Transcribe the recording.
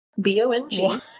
B-O-N-G